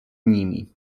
nimi